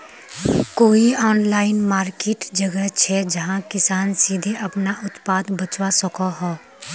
कोई online market जगह छे जहाँ किसान सीधे अपना उत्पाद बचवा सको हो?